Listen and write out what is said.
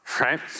right